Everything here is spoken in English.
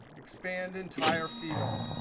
expand entire field.